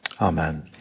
Amen